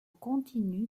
continu